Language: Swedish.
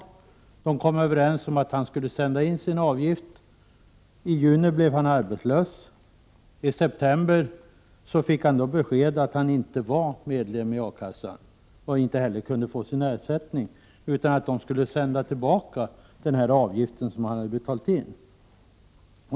A-kassan och medlemmen kom överens om att han skulle sända in sin avgift. I juni blev han arbetslös. I september fick han besked om att han inte var medlem i A-kassan och inte heller kunde få ersättning, utan att A-kassan skulle sända tillbaka den avgift som han hade betalt in.